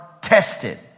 tested